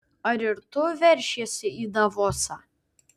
ar ir tu veršiesi į davosą